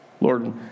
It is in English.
Lord